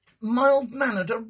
mild-mannered